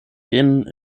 genen